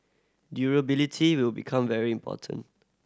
durability will become very important